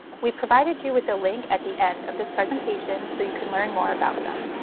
we provided you with the link at the end of this presentation, so you can learn more about them.